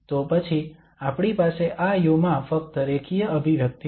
તો પછી આપણી પાસે આ u માં ફક્ત રેખીય અભિવ્યક્તિ છે